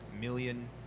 million